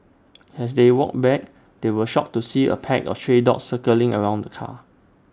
as they walked back they were shocked to see A pack of stray dogs circling around the car